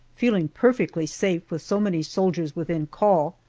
feeling perfectly safe with so many soldiers within call.